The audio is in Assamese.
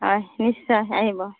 হয় নিশ্চয় আহিব